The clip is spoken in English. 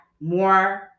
more